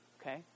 Okay